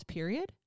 period